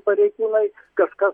pareigūnai kažkas